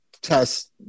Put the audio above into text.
test